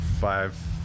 five